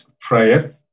prayer